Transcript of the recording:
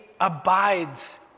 abides